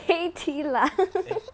!hey! tea lah